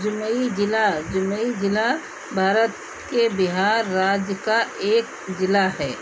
जमुई ज़िला जमुई जिला भारत के बिहार राज्य का एक जिला है